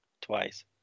twice